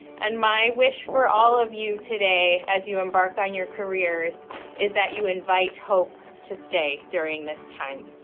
and my wish for all of you today as you embark on your careers is that you invite hope to stay during this time.